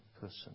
person